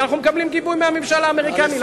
ואנחנו מקבלים גיבוי מהממשל האמריקני.